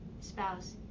spouse